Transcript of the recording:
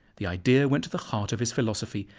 the idea went to the heart of his philosophy,